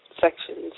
sections